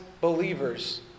believers